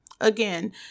Again